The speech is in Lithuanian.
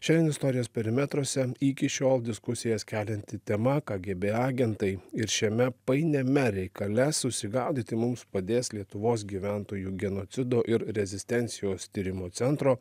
šiandien istorijos perimetruose iki šiol diskusijas kelianti tema kgb agentai ir šiame painiame reikale susigaudyti mums padės lietuvos gyventojų genocido ir rezistencijos tyrimo centro